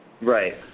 Right